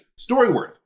StoryWorth